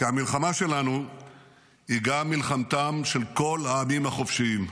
כי המלחמה שלנו היא גם מלחמתם של כל העמים החופשיים.